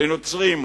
לנוצרים,